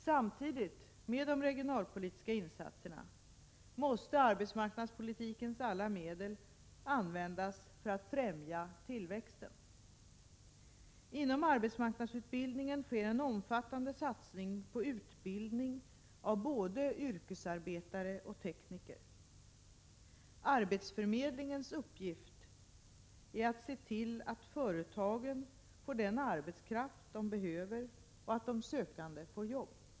Samtidigt med de regionalpolitiska insatserna måste arbetsmarknadspolitikens alla medel användas för att främja tillväxten. Inom arbetsmarknadsutbildningen sker en omfattande satsning på utbildning av både yrkesarbetare och tekniker. Arbetsförmedlingens uppgift är att se till att företagen får den arbetskraft de behöver och att de sökande får jobb.